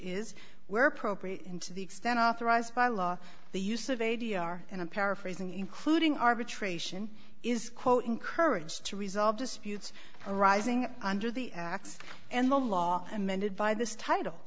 is where appropriate and to the extent authorized by law the use of a d r and a paraphrasing including arbitration is quote encouraged to resolve disputes arising under the act and the law amended by this title